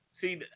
see